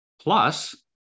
plus